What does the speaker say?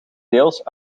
deels